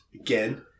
again